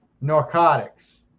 narcotics